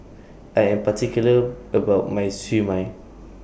I Am particular about My Siew Mai